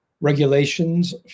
regulations